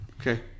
Okay